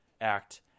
act